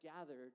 gathered